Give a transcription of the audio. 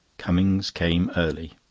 cummings came early.